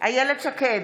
איילת שקד,